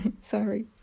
Sorry